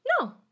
No